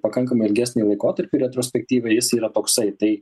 pakankamai ilgesnį laikotarpį retrospektyviai jis yra toksai tai